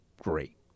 great